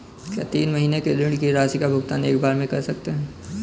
क्या तीन महीने के ऋण की राशि का भुगतान एक बार में कर सकते हैं?